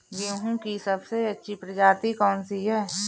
गेहूँ की सबसे अच्छी प्रजाति कौन सी है?